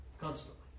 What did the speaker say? constantly